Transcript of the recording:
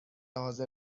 حاضر